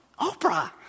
Oprah